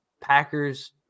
Packers